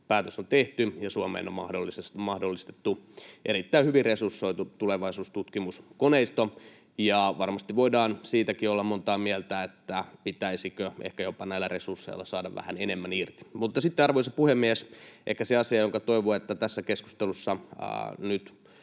päätös on tehty ja Suomeen on mahdollistettu erittäin hyvin resursoitu tulevaisuustutkimuskoneisto. Varmasti voidaan siitäkin olla montaa mieltä, pitäisikö näillä resursseilla ehkä jopa saada vähän enemmän irti. Mutta sitten, arvoisa puhemies, ehkä se asia, jonka toivon tässä keskustelussa nyt